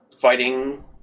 fighting